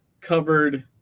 covered